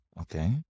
Okay